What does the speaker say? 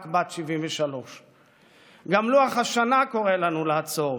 שהיא רק בת 73. גם לוח השנה קורא לנו לעצור,